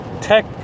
tech